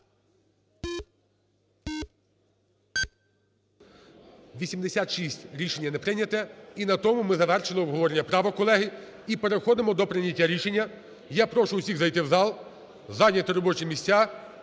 За-86 Рішення не прийнято. І на тому ми завершили обговорення правок, колеги, і переходимо до прийняття рішення. Я прошу всіх зайти в зал, зайняти робочі місця